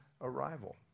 arrival